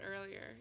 earlier